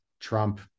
trump